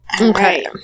Okay